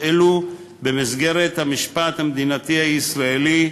אלו במסגרת המשפט המדינתי הישראלי,